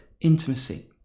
intimacy